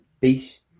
beast